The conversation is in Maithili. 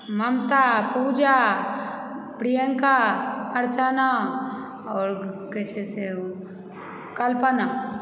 ममता पूजा प्रियंका अर्चना आओर की कहय छै से ओ कल्पना